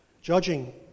Judging